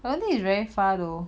I don't think it's very far though